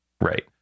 Right